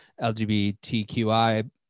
LGBTQI